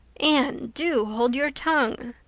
anne, do hold your tongue,